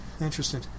Interesting